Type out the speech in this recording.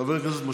חבר הכנסת משה